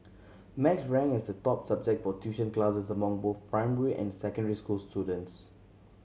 maths ranked as the top subject for tuition classes among both primary and secondary school students